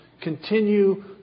continue